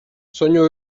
soinu